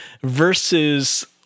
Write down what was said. versus